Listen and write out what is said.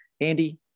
Andy